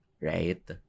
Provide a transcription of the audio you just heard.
right